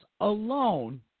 alone